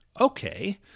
okay